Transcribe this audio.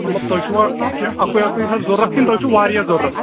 مطلب تۅہہِ چھُوا کیٚنٛہہ اَکُے اَکُے حظ ضروٗرت کِنہٕ تۅہہِ چھُو واریاہ ضروٗرت